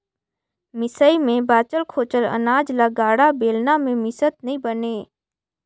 मिसई मे बाचल खोचल अनाज ल गाड़ा, बेलना मे मिसत नी बने